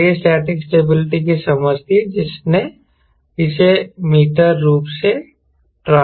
तो यह static stability की समझ थी जिसने इसे मीटर रूप में ट्रांसलेट किया है